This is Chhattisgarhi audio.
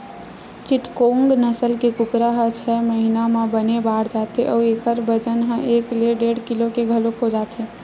चिटगोंग नसल के कुकरा ह छय महिना म बने बाड़ जाथे अउ एखर बजन ह एक ले डेढ़ किलो के घलोक हो जाथे